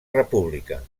república